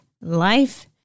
life